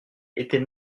était